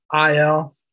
IL